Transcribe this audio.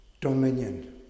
dominion